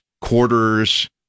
quarters